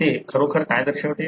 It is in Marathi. ते खरोखर काय दर्शवते